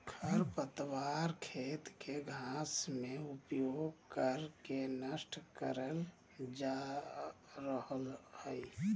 खरपतवार खेत के घास में उपयोग कर के नष्ट करल जा रहल हई